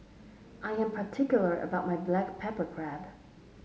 I am particular about my Black Pepper Crab